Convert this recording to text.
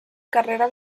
carrera